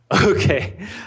Okay